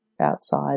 outside